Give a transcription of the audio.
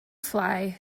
fly